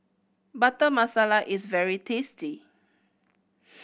Butter Masala is very tasty